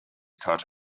cut